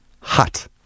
hot